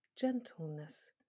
gentleness